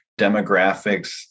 demographics